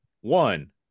one